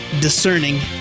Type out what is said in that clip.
discerning